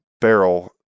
barrel